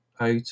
out